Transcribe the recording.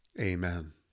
Amen